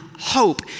hope